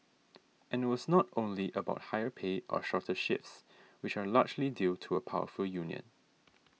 and it was not only about higher pay and shorter shifts which are largely due to a powerful union